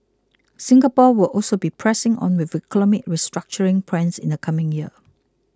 Singapore will also be pressing on with economic restructuring plans in the coming year